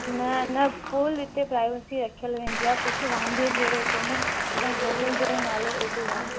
न न फूल हिते प्राइवेसी रखियल वेंदी आहे कुछ वांधे जहिड़ो कोन्हे असांजे होटल जो ई नालो ई हेॾो आहे